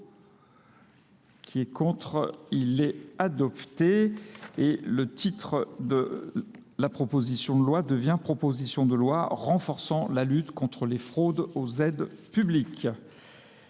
le titre de la proposition de loi devient proposition de loi renforçant la lutte contre les fraudes aux aides publiques.